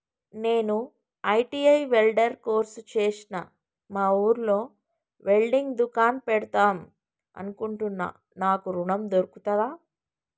నేను ITI welder course చేశ్న మా ఊర్లో వెల్డింగ్ దుకాన్ పెడదాం అనుకుంటున్నా నాకు ఋణం దొర్కుతదా?